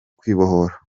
kwibohora